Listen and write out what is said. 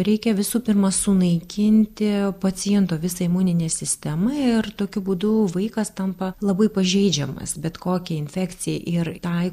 reikia visų pirma sunaikinti paciento visą imuninę sistemą ir tokiu būdu vaikas tampa labai pažeidžiamas bet kokiai infekcijai ir tai